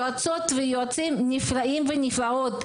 יועצות ויועצים נפלאות ונפלאים,